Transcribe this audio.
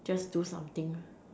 just do something